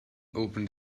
opened